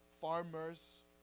farmers